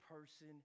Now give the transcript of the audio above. person